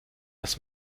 dass